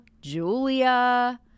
Julia